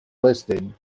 listed